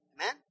Amen